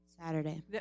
Saturday